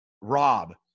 Rob